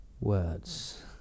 words